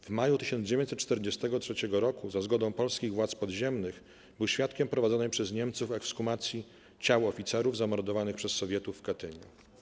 W maju 1943 roku, za zgodą polskich władz podziemnych, był świadkiem prowadzonej przez Niemców ekshumacji ciał oficerów zamordowanych przez Sowietów w Katyniu.